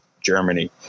germany